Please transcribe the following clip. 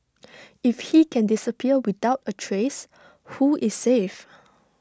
if he can disappear without A trace who is safe